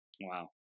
Wow